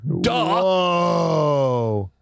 Duh